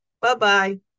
Bye-bye